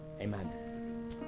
amen